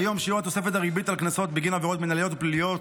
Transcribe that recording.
כיום שיעור תוספת הריבית על קנסות בגין עבירות מינהליות ופליליות